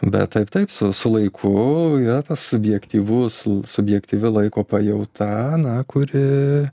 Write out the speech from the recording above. bet taip taip su su laiku yra subjektyvus subjektyvi laiko pajauta na kuri